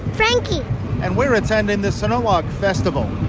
frankie and we're attending the sinulog festival.